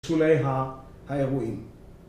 בשולי האירועים